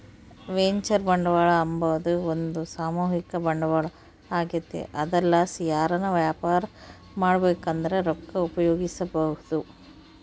venture ಬಂಡವಾಳ ಅಂಬಾದು ಒಂದು ಸಾಮೂಹಿಕ ಬಂಡವಾಳ ಆಗೆತೆ ಅದರ್ಲಾಸಿ ಯಾರನ ವ್ಯಾಪಾರ ಮಾಡ್ಬಕಂದ್ರ ರೊಕ್ಕ ಉಪಯೋಗಿಸೆಂಬಹುದು